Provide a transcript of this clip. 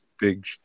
big